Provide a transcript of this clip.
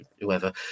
Whoever